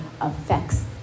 affects